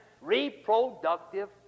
reproductive